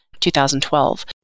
2012